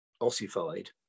ossified